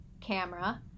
camera